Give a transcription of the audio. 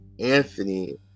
anthony